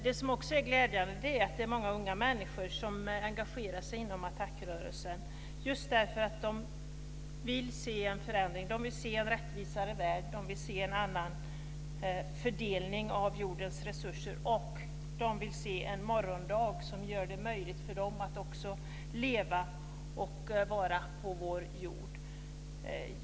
Det är glädjande att många unga människor engagerar sig inom ATTAC-rörelsen just därför att de vill se en förändring. De vill se en rättvisare värld och en annan fördelning av jordens resurser och de vill se en morgondag som gör det möjligt för dem att också leva och vara på vår jord.